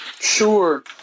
Sure